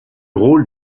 rôle